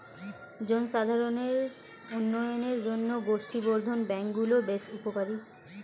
জনসাধারণের উন্নয়নের জন্য গোষ্ঠী বর্ধন ব্যাঙ্ক গুলো বেশ উপকারী